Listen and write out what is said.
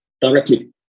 directly